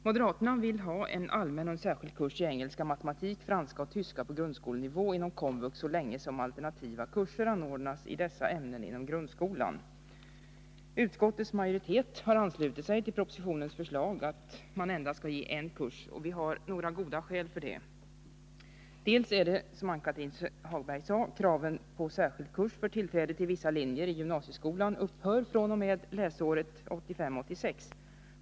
Moderaterna vill ha allmän och särskild kurs i engelska, matematik, franska och tyska på grundskolenivå inom KOMVUX så länge som alternativa kurser anordnas i dessa ämnen inom grundskolan. Utskottets majoritet har anslutit sig till propositionens förslag att endast ge en kurs. Vi har några goda skäl för det. Ett av skälen är att - som Ann-Cathrine Haglund sade — krav på särskild kurs för tillträde till vissa linjer i gymnasieskolan upphör fr.o.m. läsåret 1985/86.